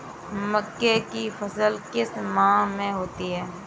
मक्के की फसल किस माह में होती है?